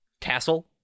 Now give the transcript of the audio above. tassel